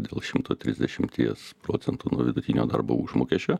dėl šimto trisdešimties procentų nuo vidutinio darbo užmokesčio